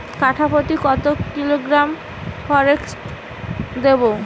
কাঠাপ্রতি কত কিলোগ্রাম ফরেক্স দেবো?